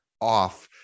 off